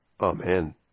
Amen